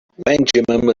benjamin